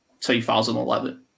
2011